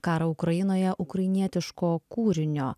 karą ukrainoje ukrainietiško kūrinio